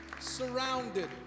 surrounded